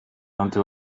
into